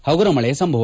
ಪಗುರ ಮಳೆ ಸಂಭವ